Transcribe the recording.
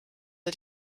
der